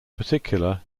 particular